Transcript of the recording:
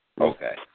Okay